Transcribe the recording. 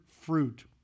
fruit